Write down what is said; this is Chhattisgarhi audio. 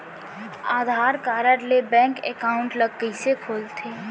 आधार कारड ले बैंक एकाउंट ल कइसे खोलथे?